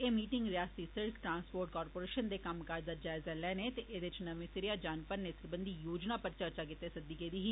एह् मीटिंग रिआसती सिड़क ट्रांसपोर्ट कारपोरेशन दे कम्मकाज दा जायजा तैने ते एह्दे च नमें सिरेआ जान भरने सरबंधी योजना पर चर्चा गितै सद्दी गेदी ही